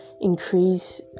increase